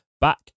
back